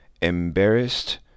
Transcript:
embarrassed